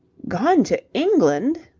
gone to england?